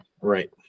Right